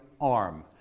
arm